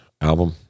album